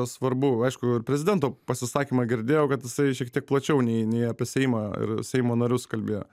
svarbu aišku ir prezidento pasisakymą girdėjau kad jisai šiek tiek plačiau nei nei apie seimą ir seimo narius kalbėjo